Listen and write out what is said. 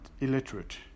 illiterate